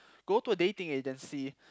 go to a dating agency